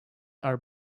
are